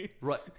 Right